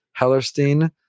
hellerstein